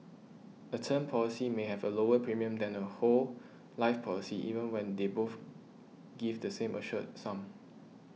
a term policy may have a lower premium than a whole life policy even when they both give the same assured sum